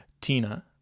Tina